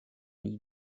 nie